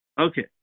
Okay